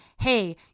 hey